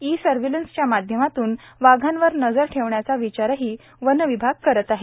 इ सर्वेलन्सच्या माध्यमातून वाघांवर नजर ठेवण्याचा विचारही वन विभाग करत आहे